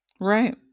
right